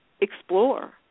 explore